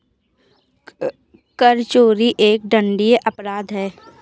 कर चोरी एक दंडनीय अपराध है